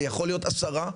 זה יכול להיות עשרה,